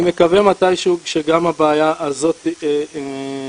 אני מקווה מתי שהוא שגם הבעיה הזאת תיפתר.